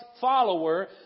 follower